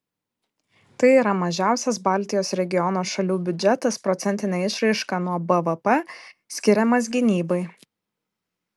tai yra mažiausias baltijos regiono šalių biudžetas procentine išraiška nuo bvp skiriamas gynybai